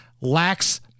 lacks